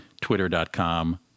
twitter.com